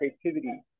creativity